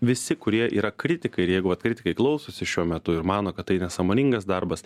visi kurie yra kritikai ir jeigu vat kritikai klausosi šiuo metu ir mano kad tai nesąmoningas darbas